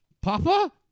Papa